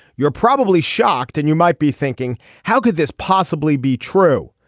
you're probably shocked and you might be thinking how could this possibly be true.